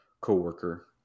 coworker